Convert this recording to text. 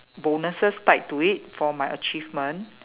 bonuses tied to it for my achievement